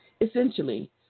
Essentially